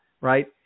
right